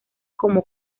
como